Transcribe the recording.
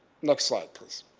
next slide please.